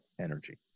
energy